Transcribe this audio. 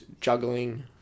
juggling